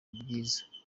ibyiza